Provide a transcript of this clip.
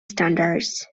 standards